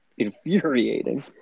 infuriating